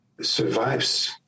survives